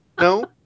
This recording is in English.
No